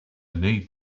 need